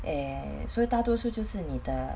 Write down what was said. eh 所以大多数就是你的